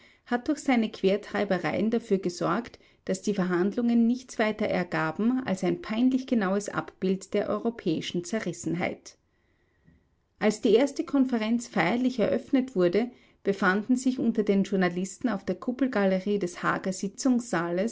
hat durch seine quertreibereien dafür gesorgt daß die verhandlungen nichts weiter ergaben als ein peinlich genaues abbild der europäischen zerrissenheit als die erste konferenz feierlich eröffnet wurde befanden sich unter den journalisten auf der kuppelgalerie des haager sitzungssaales